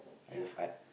I love art